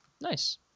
Nice